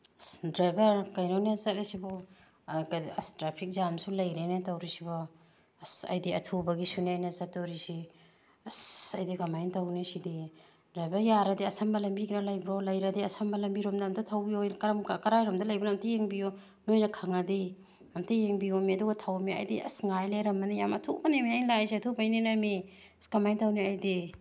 ꯏꯁ driver ꯀꯩꯅꯣꯅꯦ ꯆꯠꯂꯤꯁꯤꯕꯣ ꯀꯔꯤ ꯏꯁ ꯇ꯭ꯔꯥꯐꯤꯛ ꯖꯥꯝꯁꯨ ꯂꯩꯔꯦꯅꯦ ꯇꯧꯔꯤꯁꯤꯕꯣ ꯑꯁ ꯑꯩꯗꯤ ꯑꯊꯨꯕꯒꯤꯁꯨꯅꯦ ꯑꯩꯅ ꯆꯠꯇꯣꯔꯤꯁꯤ ꯑꯁ ꯑꯩꯗꯤ ꯀꯃꯥꯏꯅ ꯇꯧꯅꯤ ꯁꯤꯗꯤ ꯗ꯭ꯔꯥꯏꯚꯔ ꯌꯥꯔꯗꯤ ꯑꯁꯝꯕ ꯂꯝꯕꯤꯒ ꯂꯩꯕ꯭ꯔꯣ ꯂꯩꯔꯗꯤ ꯑꯁꯝꯕ ꯂꯝꯕꯤꯔꯣꯝꯗ ꯑꯝꯇ ꯊꯧꯕꯤꯌꯣ ꯀꯔꯝ ꯀꯔꯥꯏꯂꯣꯝꯗ ꯂꯩꯕꯅꯣ ꯑꯝꯇ ꯌꯦꯡꯕꯤꯌꯨ ꯅꯣꯏꯅ ꯈꯪꯉꯗꯤ ꯑꯝꯇ ꯌꯦꯡꯕꯤꯌꯣꯃꯤ ꯑꯗꯨꯒ ꯊꯧꯋꯣꯃꯤ ꯑꯩꯗꯤ ꯑꯁ ꯉꯥꯏ ꯂꯩꯔꯝꯃꯅꯤ ꯌꯥꯝ ꯑꯊꯨꯕꯅꯦꯃꯤ ꯑꯩ ꯂꯥꯛꯏꯁꯦ ꯑꯊꯨꯕꯩꯅꯦꯃꯤ ꯑꯁ ꯀꯃꯥꯏꯅ ꯊꯧꯅꯤ ꯑꯩꯗꯤ